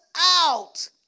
out